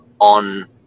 on